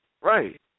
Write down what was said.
Right